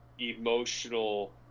emotional